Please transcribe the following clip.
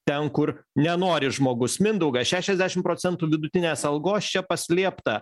ten kur nenori žmogus mindaugas šešiasdešim procentų vidutinės algos čia paslėpta